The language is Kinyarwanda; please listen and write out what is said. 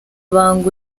banga